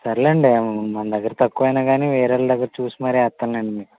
సరే లేండి మన దగ్గర తక్కువైనా కానీ వేరే వాళ్ళ దగ్గర చూసి మరి వేస్తానులేండి మీకు